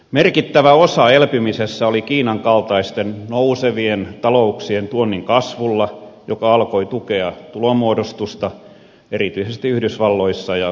merkittävä osa elpymisessä oli kiinan kaltaisten nousevien talouksien tuonnin kasvulla joka alkoi tukea tulonmuodostusta erityisesti yhdysvalloissa ja saksassa